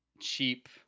cheap